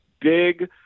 big